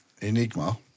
Enigma